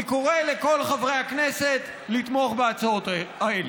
אני קורא לכל חברי הכנסת לתמוך בהצעות האלה.